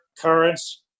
currents